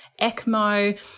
ECMO